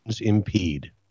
impede